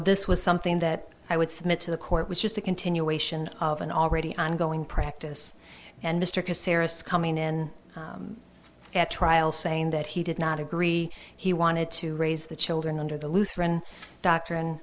this was something that i would submit to the court was just a continuation of an already ongoing practice and mr because sarah's coming in at trial saying that he did not agree he wanted to raise the children under the lutheran doctrine